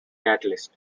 catalyst